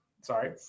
Sorry